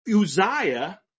Uzziah